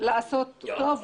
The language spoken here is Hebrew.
אני מאמין שהוועדה הזאת,